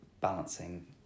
balancing